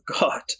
God